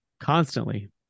Constantly